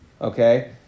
Okay